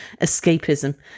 escapism